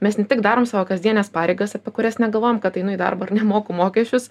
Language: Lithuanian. mes ne tik darom savo kasdienes pareigas apie kurias negalvojam kad einu į darbą ar ne moku mokesčius